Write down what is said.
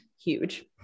Huge